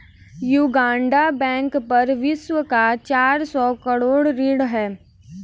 Uganda पर विश्व bank का चार सौ करोड़ ऋण है